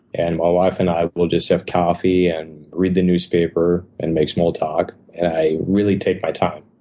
and my wife and i will just have coffee, and read the newspaper, and make small talk. and i really take my time.